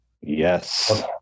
Yes